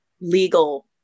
legal